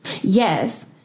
Yes